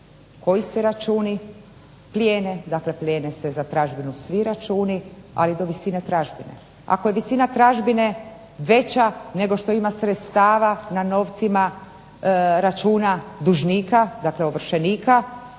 koji se računi plijene, plijene se za tražbinu svi računi ali do visine tražbine. Ako je visina tražbine veća nego što ima sredstava na novcima računa dužnika, dakle ovršenika